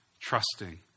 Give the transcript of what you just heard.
trusting